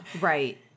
Right